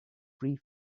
free